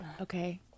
Okay